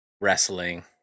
wrestling